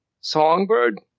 Songbird